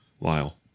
Lyle